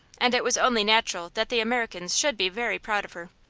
and it was only natural that the americans should be very proud of her.